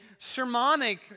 sermonic